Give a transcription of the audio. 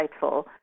insightful